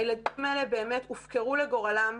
הילדים האלה באמת הופקרו לגורלם,